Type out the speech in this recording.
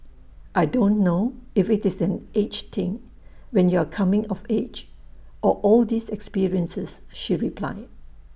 I don't know if IT is an age thing when you're coming of age or all these experiences she replied